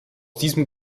diesem